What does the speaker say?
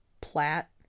Platt